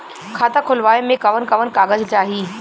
खाता खोलवावे में कवन कवन कागज चाही?